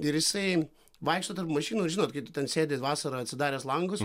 ir jisai vaikšto tarp mašinų žinot kai tu ten sėdi vasarą atsidaręs langus